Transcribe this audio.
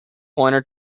pointer